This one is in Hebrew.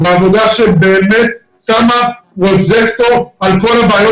עבודה שבאמת שמה פרוז'קטור על כל הבעיות